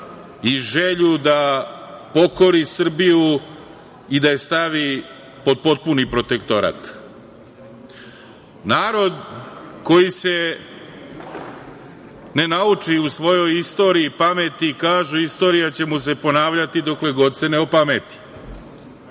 i želju da pokori Srbiju i da je stavi pod potpuni protektorat. Narod koji se ne nauči u svojoj istoriji pameti, kažu, istorija će mu se ponavljati dokle god se ne opameti. Već